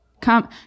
Come